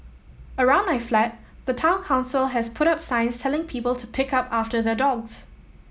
around my flat the Town Council has put up signs telling people to pick up after their dogs